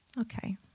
Okay